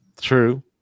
True